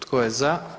Tko je za?